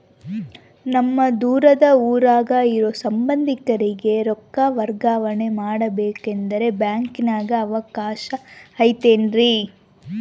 ನಮ್ಮ ದೂರದ ಊರಾಗ ಇರೋ ಸಂಬಂಧಿಕರಿಗೆ ರೊಕ್ಕ ವರ್ಗಾವಣೆ ಮಾಡಬೇಕೆಂದರೆ ಬ್ಯಾಂಕಿನಾಗೆ ಅವಕಾಶ ಐತೇನ್ರಿ?